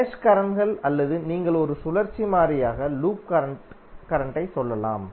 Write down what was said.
mesh கரண்ட்கள் அல்லது நீங்கள் ஒரு சுழற்சி மாறியாக லூப் கரண்ட்டை சொல்லலாம்